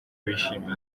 bishimiye